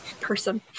Person